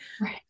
Right